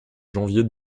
janvier